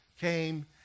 came